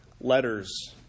letters